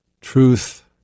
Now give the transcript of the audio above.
truth